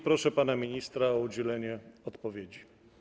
Proszę pana ministra o udzielenie odpowiedzi.